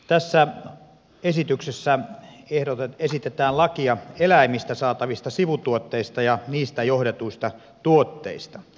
tässä esityksessä esitetään lakia eläimistä saatavista sivutuotteista ja niistä johdetuista tuotteista